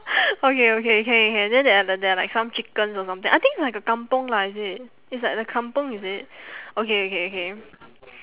okay okay can can can then there are the there are like some chickens or something I think it's like a kampung lah is it it's like a kampung is it okay okay okay